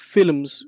Films